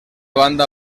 banda